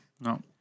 No